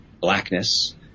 blackness